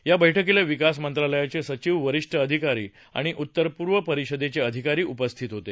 या बैठकीला विकास मंत्रालयाचे सचिव वरिष्ठ अधिकारी आणि उत्तर पूर्व परिषदेचे अधिकारी उपस्थित होते